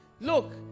Look